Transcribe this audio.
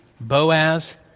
Boaz